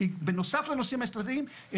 בנוסף לנושאים האסטרטגיים,